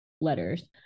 letters